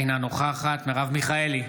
אינה נוכחת מרב מיכאלי,